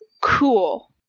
Cool